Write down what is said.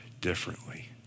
differently